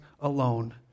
alone